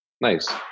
Nice